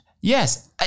yes